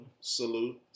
salute